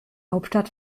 hauptstadt